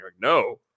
no